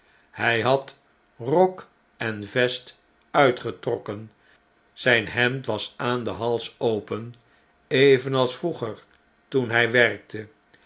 hij had rok en vest uitgetrokken zjjn hemd was aan den hals open evenals vroeger toen by werkte